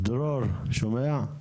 דרור, שומע?